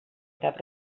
cap